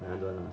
whatever lah